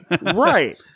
Right